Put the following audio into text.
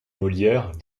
molière